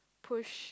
push